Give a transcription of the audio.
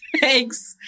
thanks